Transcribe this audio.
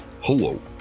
Hello